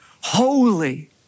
holy